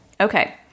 Okay